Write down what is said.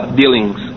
dealings